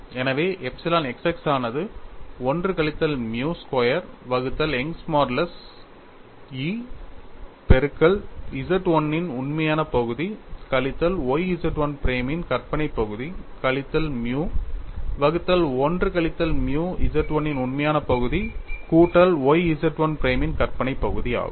எனவே epsilon x x ஆனது 1 கழித்தல் மியூ ஸ்கொயர் வகுத்தல் யங்கின் மாடுலஸால் Young's modulus E பெருக்கல் Z 1 இன் உண்மையான பகுதி கழித்தல் y Z 1 பிரைம் இன் கற்பனை பகுதி கழித்தல் மியூ வகுத்தல் 1 கழித்தல் மியூ Z 1 இன் உண்மையான பகுதி கூட்டல் y Z 1 பிரைமின் கற்பனை பகுதி ஆகும்